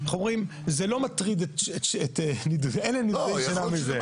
איך אומרים, זה לא מטריד, אין להם נדודי שינה מזה.